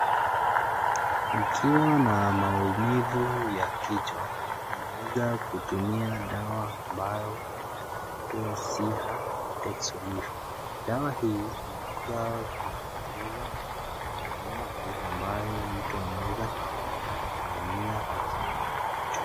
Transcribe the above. Ukiwa na maumivu ya kichwa unaweza kutumia dawa ambayo huitwa SIHA HEADACHE SOLUTION.Dawa hii inaweza kuuguza maumivu ambayo mtu anaweza kuwa anaumia akiumwa na kichwa.